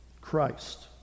Christ